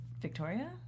Victoria